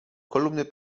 kolumny